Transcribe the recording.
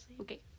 okay